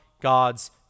God's